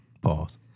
Pause